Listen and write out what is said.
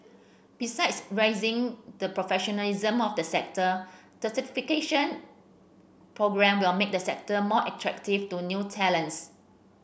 besides raising the professionalism of the sector the certification programme will make the sector more attractive to new talents